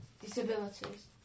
disabilities